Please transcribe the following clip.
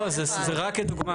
לא, זה רק דוגמה.